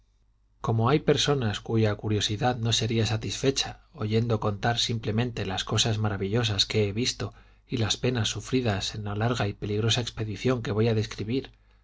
como hay personas cuya curiosidad no sería satisfecha oyendo contar simplemente las cosas maravillosas que he visto y las penas sufridas en la larga y peligrosa expedición que voy a describir